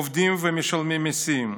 עובדים ומשלמים מיסים.